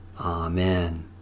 Amen